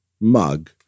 mug